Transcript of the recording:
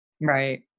Right